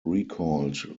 recalled